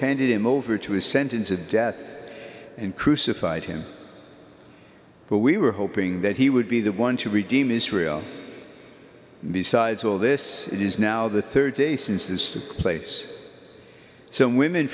handed him over to his sentence of death and crucified him but we were hoping that he would be the one to redeem israel besides all this it is now the third day since his place so women